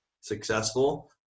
successful